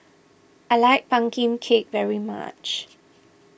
I like Pumpkin Cake very much